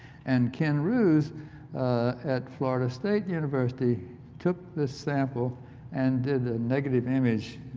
and ken rues at florida state university took the sample and did the negative image